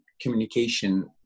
communication